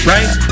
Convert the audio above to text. Right